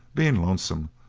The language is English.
being lonesome,